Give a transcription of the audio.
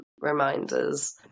reminders